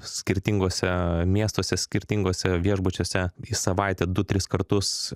skirtinguose miestuose skirtinguose viešbučiuose į savaitę du tris kartus